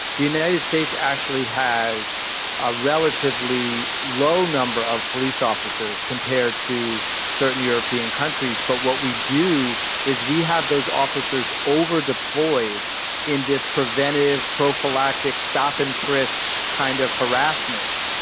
the united states actually has a relatively low number of police officers compared to certain european countries. but what we do is we have those officers over deployed in this preventive prophylactic stop and frisk kind of harassment,